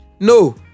No